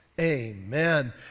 amen